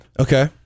Okay